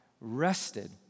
rested